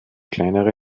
kleinere